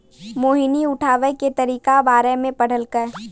मोहिनी उठाबै के तरीका बारे मे पढ़लकै